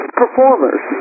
performers